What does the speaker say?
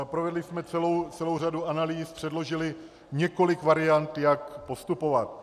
Provedli jsme celou řadu analýz, předložili několik variant, jak postupovat.